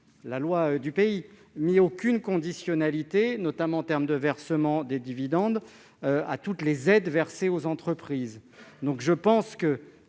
n'a mis aucune conditionnalité, notamment sur le versement des dividendes, à toutes les aides versées aux entreprises.